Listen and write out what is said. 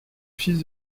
fils